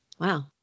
Wow